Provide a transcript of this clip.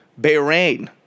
Bahrain